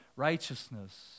righteousness